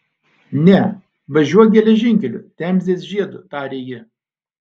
ne važiuok geležinkeliu temzės žiedu tarė ji